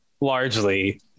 largely